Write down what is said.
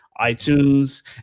iTunes